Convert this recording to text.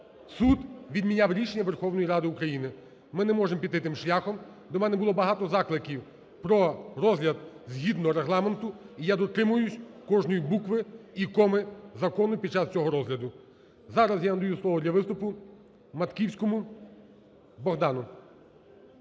суд відміняв рішення Верховної Ради України. Ми не можемо піти тим шляхом. До мене було багато закликів про розгляд згідно Регламенту, і я дотримуюсь кожної букви і коми закону під час цього розгляду. Зараз я надаю слово для виступу Матківському Богдану.